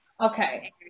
Okay